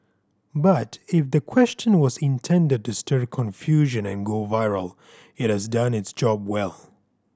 but if the question was intended to stir confusion and go viral it has done its job well